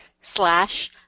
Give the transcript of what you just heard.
slash